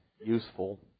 useful